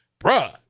bruh